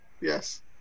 Yes